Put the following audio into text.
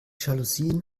jalousien